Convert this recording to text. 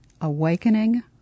Awakening